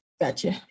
Gotcha